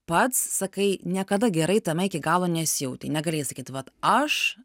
pats sakai niekada gerai tame iki galo nesijautei negalėjai sakyt vat aš